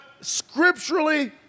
scripturally